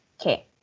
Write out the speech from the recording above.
okay